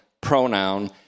pronoun